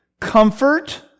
comfort